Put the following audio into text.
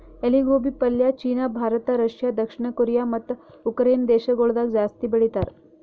ಎಲಿ ಗೋಬಿ ಪಲ್ಯ ಚೀನಾ, ಭಾರತ, ರಷ್ಯಾ, ದಕ್ಷಿಣ ಕೊರಿಯಾ ಮತ್ತ ಉಕರೈನೆ ದೇಶಗೊಳ್ದಾಗ್ ಜಾಸ್ತಿ ಬೆಳಿತಾರ್